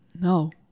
No